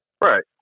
Right